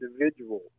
individual